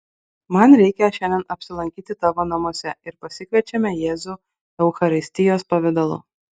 man reikia šiandien apsilankyti tavo namuose ir pasikviečiame jėzų eucharistijos pavidalu